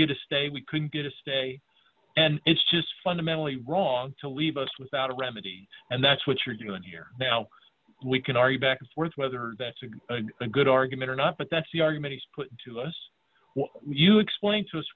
get a state we couldn't get a stay and it's just fundamentally wrong to leave us without a remedy and that's what you're going to hear now we can argue back and forth whether that's a good argument or not but that's the argument is put to us you explain to us